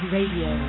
Radio